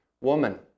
Woman